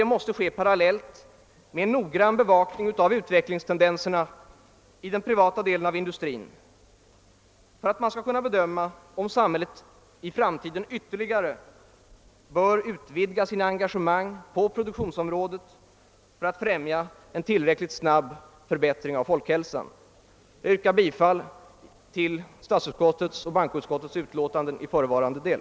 Detta måste ske parallellt med en noggrann bevakning av utvecklingstendenserna i den privata delen av industrin för att man skall kunna bedöma om samhället i framtiden ytterligare bör utvidga sina engagemang på produktionsområdet i syfte att främja en tillräckligt snabb förbättring av folkhälsan. Herr talman! Jag yrkar bifall till statsutskottets och bankoutskottets hemställan i förevarande del.